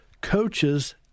coaches